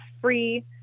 free